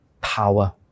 power